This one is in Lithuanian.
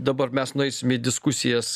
dabar mes nueisim į diskusijas